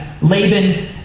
Laban